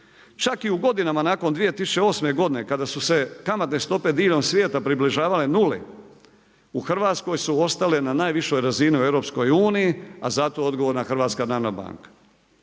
Čak i u godinama nakon 2008. godine kada su se kamatne stope diljem svijeta približavale nuli u Hrvatskoj su ostale na najvišoj razini u EU, a zato je odgovorna HNB. Tako